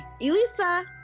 Elisa